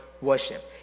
worship